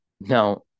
Now